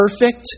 perfect